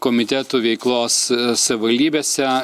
komitetų veiklos savivaldybėse